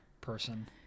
person